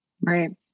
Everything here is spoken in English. right